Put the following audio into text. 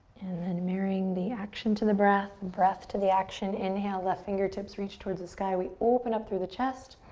and then marrying the action to the breath, breath to the action. inhale, left fingertips reach towards the sky. we open up through the chest.